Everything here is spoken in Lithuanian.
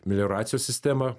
melioracijos sistemą